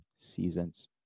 seasons